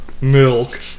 milk